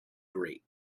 grate